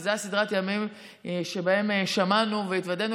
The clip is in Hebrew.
זו הייתה סדרת ימים שבהם שמענו והתוודענו